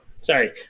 sorry